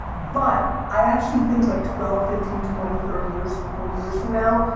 but, i actually think like twelve, fifteen, twenty, thirty years, forty years from now,